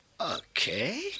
Okay